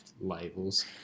labels